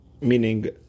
Meaning